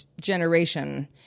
generation